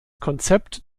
konzept